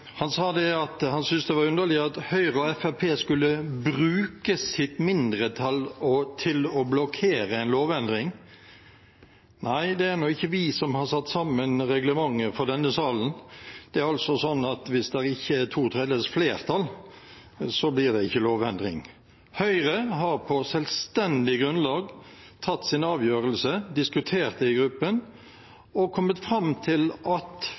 Han sa at han syntes det var underlig at Høyre og Fremskrittspartiet skulle bruke sitt mindretall til å blokkere en lovendring. Nei, det er ikke vi som har satt sammen reglementet for denne salen, det er sånn at hvis det ikke er to tredjedels flertall, blir det ikke lovendring. Høyre har på selvstendig grunnlag tatt sin avgjørelse, diskutert det i gruppen og kommet fram til at